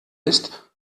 ist